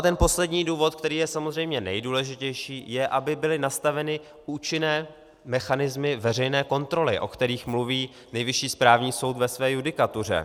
Ten poslední důvod, který je samozřejmě nejdůležitější, je, aby byly nastaveny účinné mechanismy veřejné kontroly, o kterých mluví Nejvyšší správní soud ve své judikatuře.